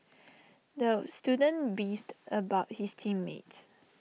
the student beefed about his team mates